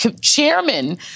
chairman